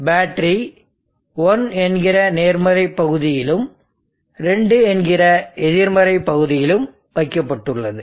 இங்கே பேட்டரி 1 என்கிற நேர்மறை பகுதியிலும் 2 என்கிற எதிர்மறை பகுதியிலும் வைக்கப்பட்டுள்ளது